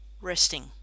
resting